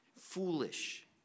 foolish